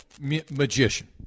magician